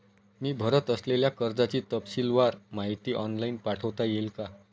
मी भरत असलेल्या कर्जाची तपशीलवार माहिती ऑनलाइन पाठवता येईल का?